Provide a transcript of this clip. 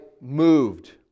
moved